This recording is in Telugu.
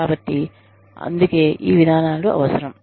కాబట్టి అందుకే ఈ విధానాలు అవసరం